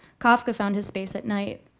kafka found his space at night.